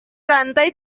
lantai